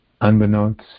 Unbeknownst